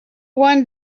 one